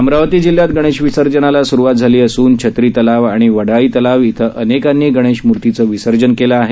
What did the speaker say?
अमरावती जिल्ह्यात गणेश विसर्जनाला स्रुवात झाली असून छत्री तलाव आणि वडाळी तलाव इथं अनेकांनी गणेश मूर्तीचे विसर्जन केलं आहे